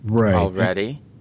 already